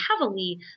heavily